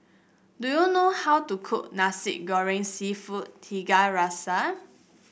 do you know how to cook Nasi Goreng seafood Tiga Rasa